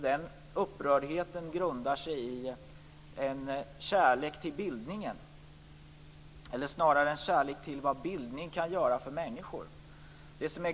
Den upprördheten grundar sig på en kärlek till bildningen eller snarare en kärlek till vad bildning kan göra för människor.